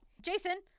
Jason